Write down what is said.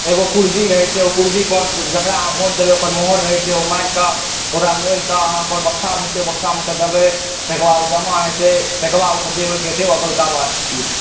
एगो पूर्जी रहय छै ओ पूर्जी पर जेकरा अहाँ वोट देबै ओकर मोहर रहै छै ओ मारिक ओकरा मोड़िके अहाँ बक्सा रहै छै ओ बक्सामे कऽ देबय तेकर बाद ओ जमा हेतै तकर बाद ओ जे होइक हेतै ओ अगलिका बात छियै